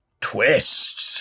twists